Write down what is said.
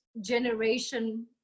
generation